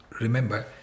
remember